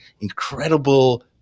incredible